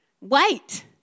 wait